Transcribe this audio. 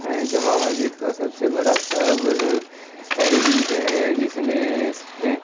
جامع مسجد کا سب سے بڑا پرو عید ہے جس میں